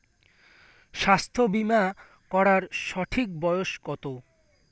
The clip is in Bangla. স্বাস্থ্য বীমা করার সঠিক বয়স কত?